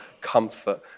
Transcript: comfort